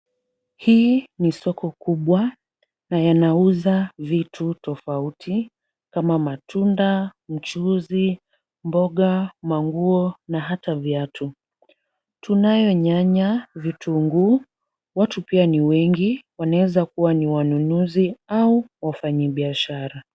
Hii ni soko kubwa na yanauza vitu tofauti kama matunda, mchuzi, mboga, manguo na hata viatu. Tunayo nyanya, vitunguu. Watu pia ni wengi, wanaweza kuwa ni wanunuzi au wafanyibiashara.